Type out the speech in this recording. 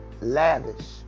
lavish